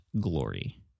glory